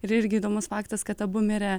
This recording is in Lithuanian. ir irgi įdomus faktas kad abu mirė